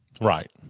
Right